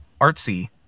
artsy